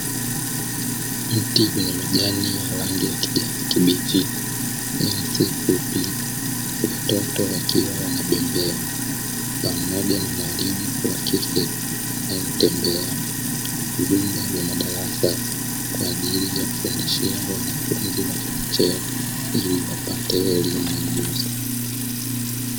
Miti yenye majani ya rangi ya kijani kibichi, nyasi fupi, watoto wakiwa wanabembea pamoja na mwalimu wa kike anayetembea. Vyumba vya madarasa kwaajili ya kufundishi wanafunzi wa chekechea ili wapate elimu na ujuzi.